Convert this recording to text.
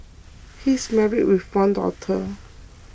he is married with one daughter